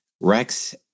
Rex